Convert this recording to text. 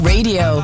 Radio